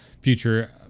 future